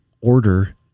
order